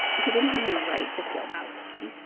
he didn't have any right to feel that way